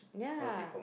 yeah